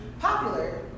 popular